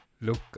look